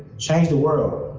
change the world,